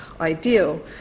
Ideal